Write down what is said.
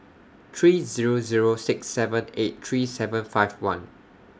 three Zero Zero six seven eight three seven five one